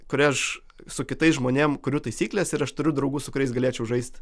kurioj aš su kitais žmonėm kuriu taisykles ir aš turiu draugų su kuriais galėčiau žaist